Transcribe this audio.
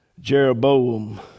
Jeroboam